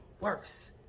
worse